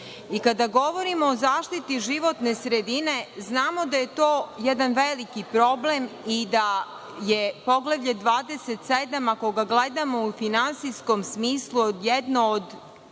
Kada govorimo o zaštiti životne sredine znamo da je to jedan veliki problem i da je poglavlje 27. ako ga gledamo u finansiskom smislu, jedno od